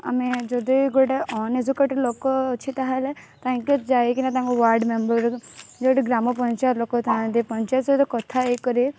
ଆମେ ଯଦି ଗୋଟେ ଅନଏଜୁକେଟେଡ଼ ଲୋକ ଅଛି ତାହେଲେ ତାଙ୍କେ ଯାଇକିନା ତାଙ୍କ ୱାର୍ଡ଼୍ ମେମ୍ୱର୍ଙ୍କୁ ଯେଉଁଠି ଗ୍ରାମପଞ୍ଚାୟତ ଲୋକ ଥାଆନ୍ତି ପଞ୍ଚାୟତ ସହିତ କଥା ହେଇ କରି